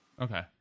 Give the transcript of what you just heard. Okay